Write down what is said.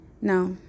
now